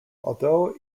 although